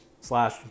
slash